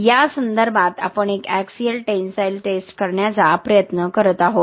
या संदर्भात आपण एक एक्सिअल टेन्साईल टेस्ट करण्याचा प्रयत्न करत आहोत